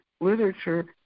literature